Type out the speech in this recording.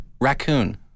raccoon